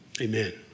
Amen